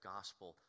Gospel